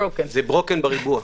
זה שבור בריבוע.